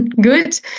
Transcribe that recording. Good